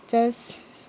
just